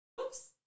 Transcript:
Oops